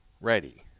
ready